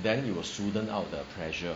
then you will smoothen out the pressure